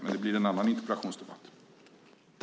Men då blir det en annan interpellationsdebatt.